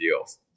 deals